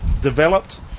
developed